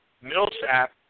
Millsap –